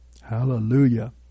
Hallelujah